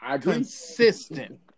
consistent